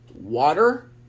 water